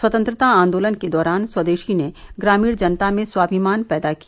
स्वतंत्रता आंदोलन के दौरान स्वदेशी ने ग्रामीण जनता में स्वामिमान पैदा किया